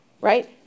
right